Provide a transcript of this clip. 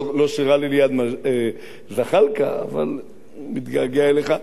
לא שרע לי ליד זחאלקה, אבל מתגעגע אליך.